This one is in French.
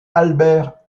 albert